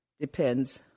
depends